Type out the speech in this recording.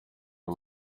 uyu